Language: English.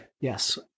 Yes